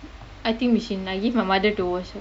I think machine I give my mother to wash